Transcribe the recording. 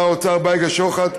ושר האוצר בייגה שוחט,